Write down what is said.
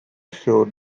show